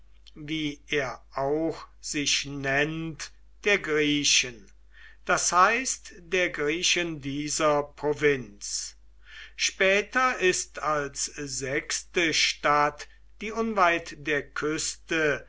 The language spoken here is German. wie er auch sich nennt der griechen das heißt der griechen dieser provinz später ist als sechste stadt die unweit der küste